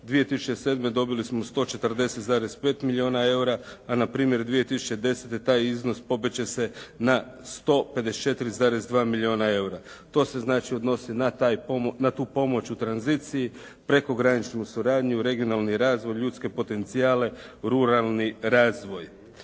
2007. dobili smo 140,5 milijuna EUR-a, a na primjer 2010. taj iznos popet će se na 154,2 milijuna EUR-a. To se znači odnosi na taj, na tu pomoć u tranziciji, prekograničnu suradnju, regionalni razvoj, ljudske potencijale, ruralni razvoj.